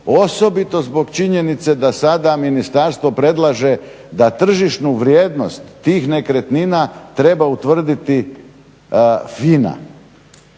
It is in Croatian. osobito zbog činjenice da sada ministarstvo predlaže da tržišnu vrijednost tih nekretnina treba utvrditi FINA.